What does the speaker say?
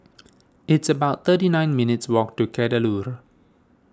it's about thirty nine minutes' walk to Kadaloor